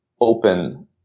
open